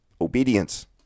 Obedience